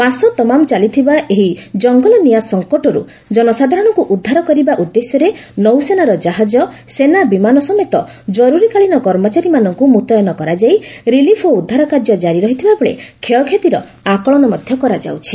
ମାସତମାମ୍ ଚାଲିଥିବା ଏହି ଜଙ୍ଗଲ ନିଆଁ ସଙ୍କଟରୁ ଜନସାଧାରଣଙ୍କୁ ଉଦ୍ଧାର କରିବା ଉଦ୍ଦେଶ୍ୟରେ ନୌସେନାର ଜାହାଜ ସେନା ବିମାନ ସମେତ କରୁରୀକାଳୀନ କର୍ମଚାରୀମାନଙ୍କୁ ମୁତ୍ୟନ କରାଯାଇ ରିଲିଫ୍ ଓ ଉଦ୍ଧାର କାର୍ଯ୍ୟ କାରି ରହିଥିବାବେଳେ କ୍ଷୟକ୍ଷତିର ଆକଳନ ମଧ୍ୟ କରାଯାଉଛି